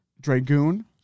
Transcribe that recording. Dragoon